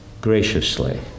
graciously